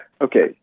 Okay